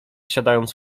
siadając